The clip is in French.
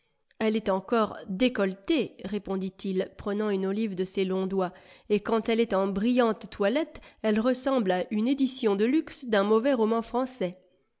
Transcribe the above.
elle est encore décolletée répondit-il prenant une olive de ses longs doigts et quand elle est en brillante toilette elle ressemble à une édition de luxe d'un mauvais roman français